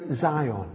Zion